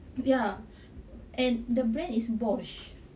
ya and the brand is bosch